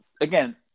again